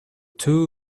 two